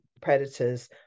predators